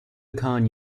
khan